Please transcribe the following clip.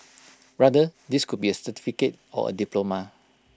rather this could be A certificate or diploma